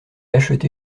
acheté